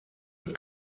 mit